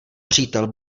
přítel